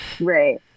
Right